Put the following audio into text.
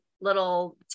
little